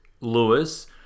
Lewis